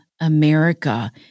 America